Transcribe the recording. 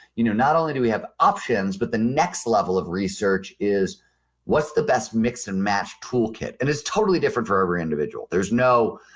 you know not only do we have options but the next level of research is what's the best mix and match toolkit. and it's totally different for every individual. there's no,